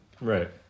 Right